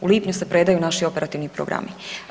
U lipnju se predaju naši operativni programi.